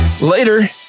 Later